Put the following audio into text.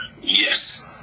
Yes